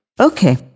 Okay